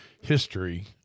history